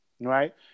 right